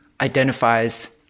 identifies